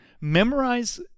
memorize